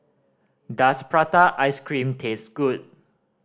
does prata ice cream taste good